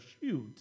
shoot